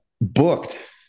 Booked